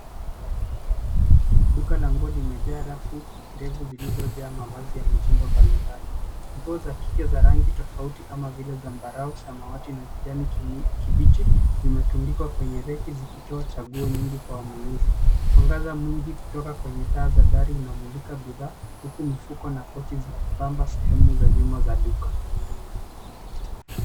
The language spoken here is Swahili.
Duka la nguo limejaa rafu ndefu zilizo jaa mavazi ya mtindo mbali mbali. Nguo za kike za rangi tofauti kama vile zambarau, samawati na kijani kibichi zimetundikwa kwenye reki zikitoa chaguo nyingi kwa mnunuzi. Mwangaza mwingi kutoka kwenye taa za dari inamulika bidhaa huku mifuko na pochi zikipamba sehemu ya nyuma ya duka.